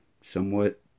somewhat